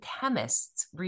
chemists